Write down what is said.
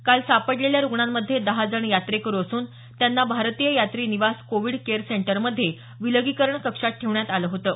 काल सापडलेल्या रुग्णांमध्ये दहा जण यात्रेकरु असून त्यांना भारतीय यात्री निवास कोविड केयर सेंटर मध्ये विलीगीकरण कक्षात ठेवण्यात आलं होतं